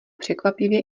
překvapivě